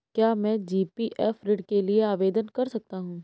क्या मैं जी.पी.एफ ऋण के लिए आवेदन कर सकता हूँ?